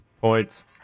Points